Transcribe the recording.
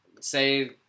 say